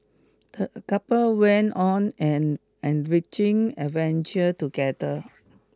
the couple went on an enriching adventure together